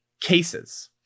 cases